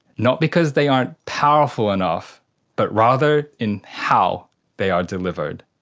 not because they aren't powerful enough but rather in how they are delivered.